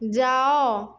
ଯାଅ